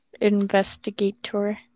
Investigator